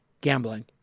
gambling